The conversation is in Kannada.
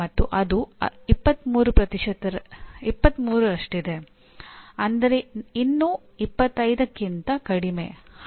ಈಗ ಪ್ರೋಗ್ರಾಂ ಮಟ್ಟದಲ್ಲಿ ಎಸ್ಎಆರ್ ಸಂದರ್ಭದಲ್ಲಿ ಗರಿಷ್ಠ ಅಂಕಗಳು 1000 ಮತ್ತು ಈ 1000 ಅಂಕಗಳನ್ನು 10 ಮಾನದಂಡಗಳಾಗಿ ವಿಂಗಡಿಸಲಾಗಿದೆ